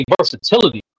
versatility